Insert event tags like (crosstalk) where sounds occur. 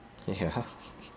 ya (laughs)